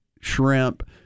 shrimp